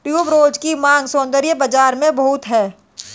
tuberose की मांग सौंदर्य बाज़ार में बहुत है